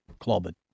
clobbered